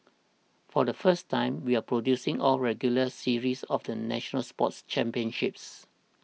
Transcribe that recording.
for the first time we are producing a regular series often national school sports championships